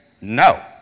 no